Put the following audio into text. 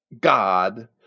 God